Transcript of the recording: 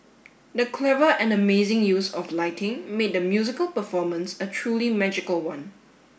the clever and amazing use of lighting made the musical performance a truly magical one